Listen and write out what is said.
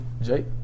Jake